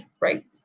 right